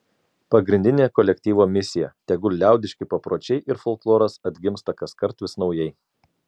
pagrindinė kolektyvo misija tegul liaudiški papročiai ir folkloras atgimsta kaskart vis naujai